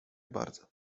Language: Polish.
bardzo